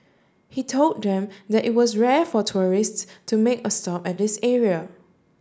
he told them that it was rare for tourists to make a stop at this area